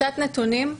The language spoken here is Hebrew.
קצת נתונים: